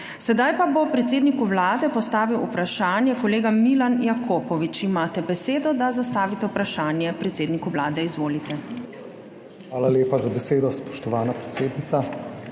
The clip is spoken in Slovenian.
Sedaj pa bo predsedniku Vlade postavil vprašanje kolega Milan Jakopovič. Imate besedo, da zastavite vprašanje predsedniku Vlade. Izvolite. **MILAN JAKOPOVIČ (PS Levica):** Hvala lepa za besedo, spoštovana predsednica.